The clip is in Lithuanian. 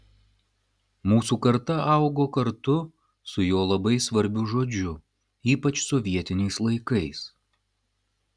mūsų karta augo kartu su jo labai svarbiu žodžiu ypač sovietiniais laikais